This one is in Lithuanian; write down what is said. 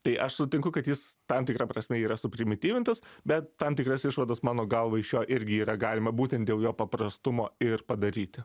tai aš sutinku kad jis tam tikra prasme yra suprimityvintas bet tam tikras išvadas mano galva iš jo irgi yra galima būtent dėl jo paprastumo ir padaryti